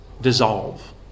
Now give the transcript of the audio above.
dissolve